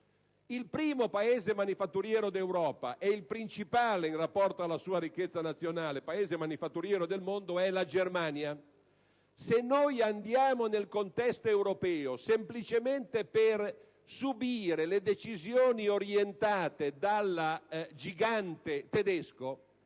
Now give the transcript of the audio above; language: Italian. Il primo Paese manifatturiero d'Europa e il principale, in rapporto alla sua ricchezza nazionale, Paese manifatturiero del mondo è la Germania. Se ci muoviamo nel contesto europeo semplicemente per subire le decisioni orientate dal gigante tedesco,